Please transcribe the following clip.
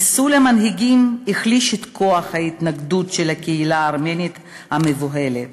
חיסול המנהיגים החליש את כוח ההתנגדות של הקהילה הארמנית המבוהלת.